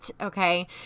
Okay